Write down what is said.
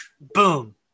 boom